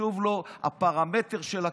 חשוב לו הפרמטר של הכסף,